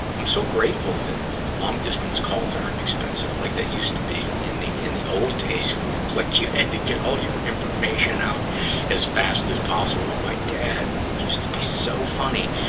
i'm so grateful that long-distance calls aren't expensive like they used to be in the, in the old days. like, you had to give all your information out as fast as possible. my dad used to be so funny.